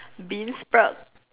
Bean sprout